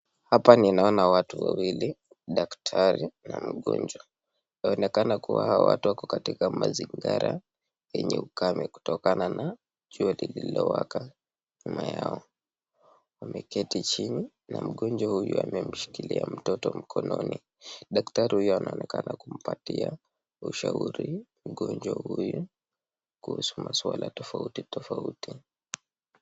Hapa ninaona watu wawili, daktari na mgonjwa. Yaonekana kuwa hawa watu wako katika mazingara yenye ukame kutokana na jua lililowaka nyuma yao. Wameketi chini na mgonjwa huyu amemshikilia mtoto mkononi. Daktari huyu anaonekana kumpatia ushauri mgonjwa huyu kuhusu maswala tofauti tofauti.